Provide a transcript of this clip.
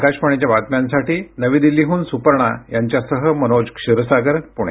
आकाशवाणीच्या बातम्यांसाठी नवी दिल्लीहून सुपर्णा यांच्यासह मनोज क्षीरसागर पुणे